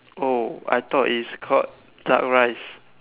oh I thought is called duck rice